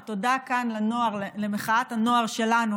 ותודה כאן על מחאת הנוער שלנו,